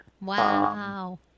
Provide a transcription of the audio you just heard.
Wow